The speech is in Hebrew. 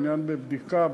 העניין בבדיקה.